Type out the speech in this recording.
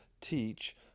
teach